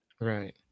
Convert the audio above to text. Right